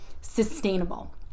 sustainable